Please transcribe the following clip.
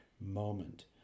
moment